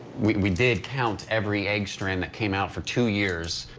we we did count every egg strand that came out for two years,